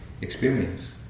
experience